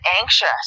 anxious